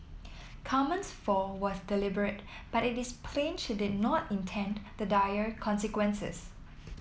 Carmen's fall was deliberate but it is plain she did not intend the dire consequences